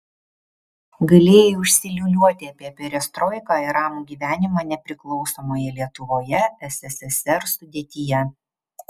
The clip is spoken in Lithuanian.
galėjai užsiliūliuoti apie perestroiką ir ramų gyvenimą nepriklausomoje lietuvoje sssr sudėtyje